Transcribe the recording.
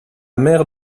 mère